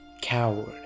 coward